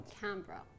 Canberra